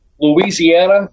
louisiana